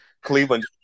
cleveland